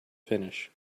finish